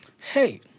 Hey